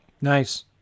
Nice